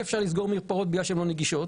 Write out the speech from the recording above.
אפשר לסגור מרפאות בגלל שהן לא נגישות,